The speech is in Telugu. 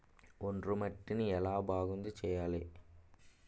ఒండ్రు మట్టిని ఎలా బాగుంది చేయాలి?